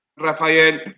Rafael